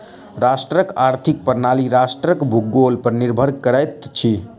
राष्ट्रक आर्थिक प्रणाली राष्ट्रक भूगोल पर निर्भर करैत अछि